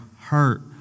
hurt